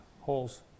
holes